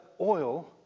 oil